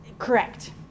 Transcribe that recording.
Correct